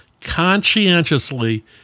Conscientiously